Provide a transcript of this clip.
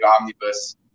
omnibus